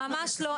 ממש לא.